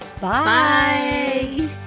Bye